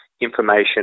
information